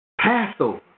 Passover